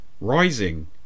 rising